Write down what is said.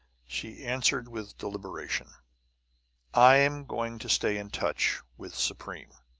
she answered with deliberation i'm going to stay in touch with supreme!